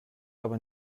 aber